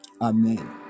Amen